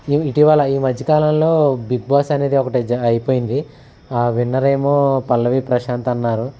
ఇటీవల ఈ మధ్యకాలంలో బిగ్ బాస్ అనేది ఒకటి జా అయిపోయింది విన్నర్ ఏమో పల్లవి ప్రశాంత్ అన్నారు